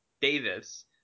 Davis